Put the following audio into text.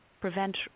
prevent